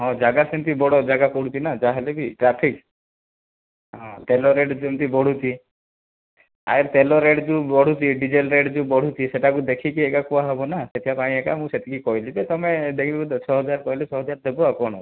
ହଁ ଯାଗା ସେମିତି ବଡ଼ ଯାଗା ପଡ଼ୁଛି ନା ଯାହାହେଲେ ବି ଟ୍ରାଫିକ ହଁ ତେଲ ରେଟ୍ ଯେମିତି ବଢ଼ୁଛି ଆରେ ତେଲ ରେଟ୍ ଯେଉଁ ବଢ଼ୁଛି ଏହି ଡିଜେଲ ରେଟ୍ ଯେମିତି ବଢ଼ୁଛି ସେଇଟାକୁ ଦେଖିକି ଏଇଟା କୁହା ହେବନା ସେଥିପାଇଁ ଏକା ମୁଁ ସେତିକି କହିଲି ଯେ ତମେ ସେହି ଦଶ ହଜାର କହିଲେ ଛଅ ହଜାର ଦେବ ଆଉ କଣ ଅଛି